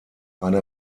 eine